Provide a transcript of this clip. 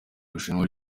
rushanwa